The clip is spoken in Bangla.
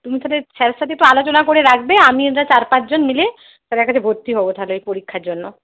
তুমি তাহলে স্যারের সাথে একটু আলোচনা করে রাখবে আমি চার পাঁচজন মিলে স্যারের কাছে ভর্তি হবো তাহলে ওই পরীক্ষার জন্য